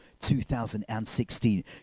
2016